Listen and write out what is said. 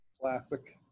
Classic